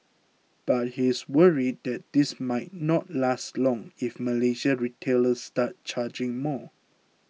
but he is worried that this might not last long if Malaysian retailers start charging more